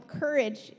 courage